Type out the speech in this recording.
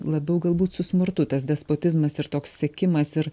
labiau galbūt su smurtu tas despotizmas ir toks sekimas ir